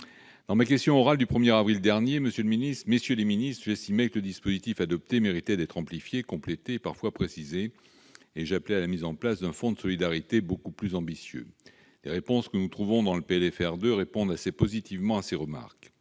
Dans ma question au Gouvernement du 1 avril dernier, j'estimais, messieurs les ministres, que le dispositif adopté méritait d'être amplifié, complété et parfois précisé, et j'appelais à la mise en place d'un fonds de solidarité beaucoup plus ambitieux. Les réponses que nous trouvons dans le PLFR 2 répondent assez positivement à ces remarques.